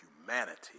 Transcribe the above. humanity